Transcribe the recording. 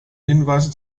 hinweise